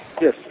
Yes